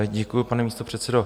Děkuji, pane místopředsedo.